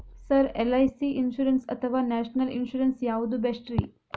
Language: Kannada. ಸರ್ ಎಲ್.ಐ.ಸಿ ಇನ್ಶೂರೆನ್ಸ್ ಅಥವಾ ನ್ಯಾಷನಲ್ ಇನ್ಶೂರೆನ್ಸ್ ಯಾವುದು ಬೆಸ್ಟ್ರಿ?